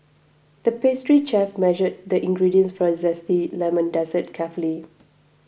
the pastry chef measured the ingredients for a Zesty Lemon Dessert carefully